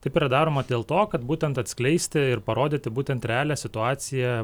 taip yra daroma dėl to kad būtent atskleisti ir parodyti būtent realią situaciją